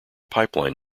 pipeline